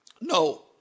No